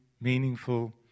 meaningful